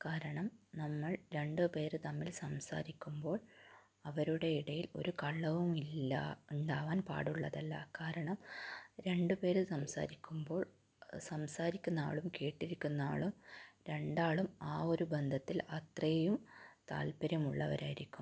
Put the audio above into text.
കാരണം നമ്മൾ രണ്ട് പേർ തമ്മിൽ സംസാരിക്കുമ്പോൾ അവരുടെ ഇടയിൽ ഒരു കള്ളവും ഇല്ല ഉണ്ടാവാൻ പാടുള്ളതല്ല കാരണം രണ്ട് പേർ സംസാരിക്കുമ്പോൾ സംസാരിക്കുന്ന ആളും കേട്ടിരിക്കുന്ന ആളും രണ്ടാളും ആ ഒരു ബന്ധത്തിൽ അത്രയും താൽപര്യം ഉള്ളവരായിരിക്കും